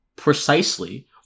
precisely